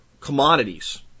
commodities